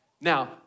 Now